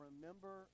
remember